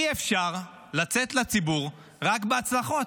אי-אפשר לצאת לציבור רק בהצלחות.